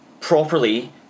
properly